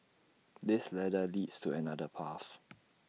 this ladder leads to another path